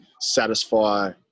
satisfy